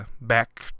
back